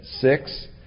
six